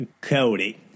Cody